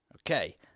Okay